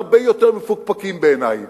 הרבה יותר מפוקפקים בעיני,